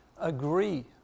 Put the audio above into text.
agree